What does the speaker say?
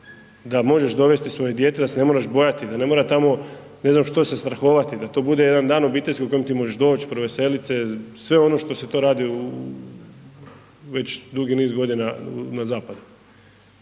da možeš dovesti svoje dijete, da se ne moraš bojati, da ne mora tamo ne znam što se strahovati, da to bude jedan dan obiteljski u kojem ti možeš doć, proveselit se, sve ono što se to radi u već dugi niz godina na zapadu